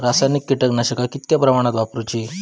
रासायनिक कीटकनाशका कितक्या प्रमाणात वापरूची?